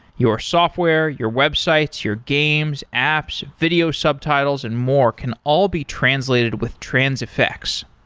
your software, your websites, your games, apps, video subtitles and more can all be translated with transifex.